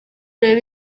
rero